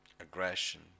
aggression